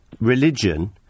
religion